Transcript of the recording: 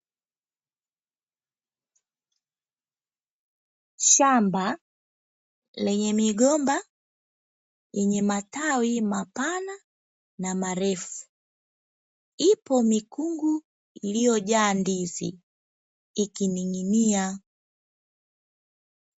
Shamba, lenye migomba, yenye matawi mapana na marefu. Ipo mikungu iliyojaa ndizi ikining'inia.